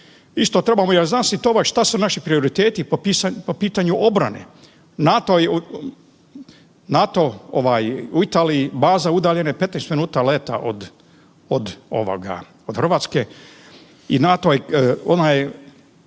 Isto trebamo razjasniti ovaj šta su naši prioriteti po pitanju obrane. NATO ovaj u Italiji baza udaljene 15 minuta leta od ovoga od Hrvatske i NATO je